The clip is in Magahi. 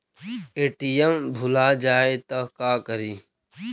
ए.टी.एम भुला जाये त का करि?